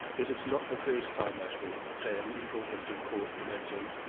it is not the first time, i thought, that an eagle has been caught in a gin.